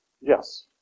Yes